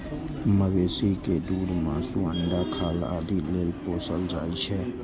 मवेशी कें दूध, मासु, अंडा, खाल आदि लेल पोसल जाइ छै